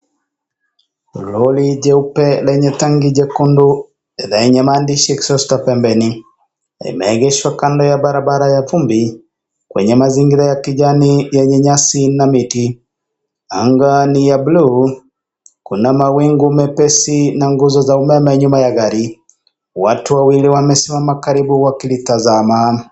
Lori jeupe lenye tangi jekundu lenye maandishi Exhauster pembeni. Limeegeshwa kando ya barabara ya vumbi kwenye mazingira ya kijani yenye nyasi na miti. Anga ni ya buluu, kuna mawingu mepesi na nguzo za umeme nyuma ya gari. Watu wawili wamesimama karibu wakilitazama.